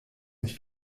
nicht